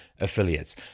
affiliates